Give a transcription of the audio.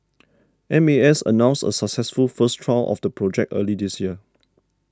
M A S announced a successful first trial of the project early this year